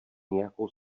nějakou